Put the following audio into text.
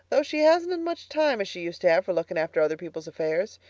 though she hasn't as much time as she used to have for looking after other people's affairs.